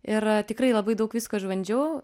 ir tikrai labai daug visko išbandžiau